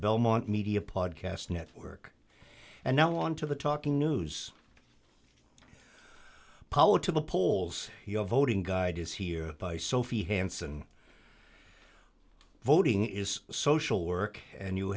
belmont media podcast network and now on to the talking news poll to the polls your voting guide is here by sophie hanson voting is a social work and you